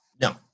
No